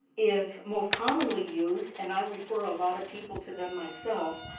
is most commonly used, and i refer a lot of people to them myself,